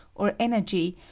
or energy,